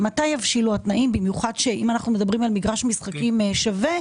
מתי יבשילו התנאים במיוחד שאם אנחנו מדברים על מגרש משחקים שווה,